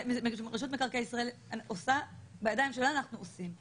אנחנו עושים.